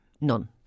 None